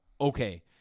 okay